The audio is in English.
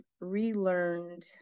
relearned